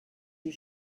you